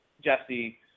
Jesse